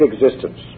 existence